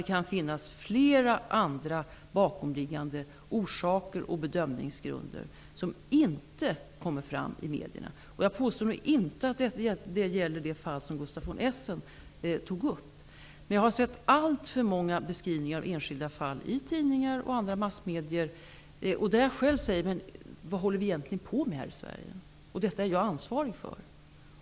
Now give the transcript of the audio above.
Det kan finnas flera andra bakomliggande orsaker och bedömningsgrunder som inte kommer fram i medierna. Jag påstår inte att det gäller det fall som Gustaf von Essen tog upp. Jag har sett alltför många beskrivningar av enskilda fall i tidningar och andra massmedier där jag har tänkt: Vad håller vi egentligen på med här i Sverige, och detta är jag ansvarig för.